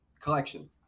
collection